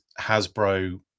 Hasbro